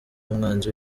umwanzi